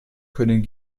können